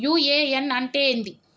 UAN అంటే ఏంది?